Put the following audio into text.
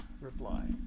reply